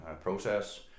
process